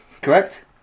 correct